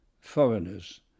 foreigners